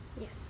Yes